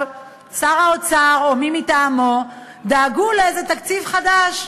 שר האוצר או מי מטעמו דאגו לאיזה תקציב חדש.